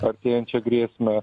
artėjančią grėsmę